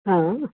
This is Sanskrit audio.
हा